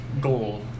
goal